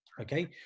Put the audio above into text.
Okay